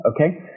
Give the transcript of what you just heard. okay